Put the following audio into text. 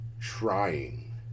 trying